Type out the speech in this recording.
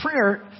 prayer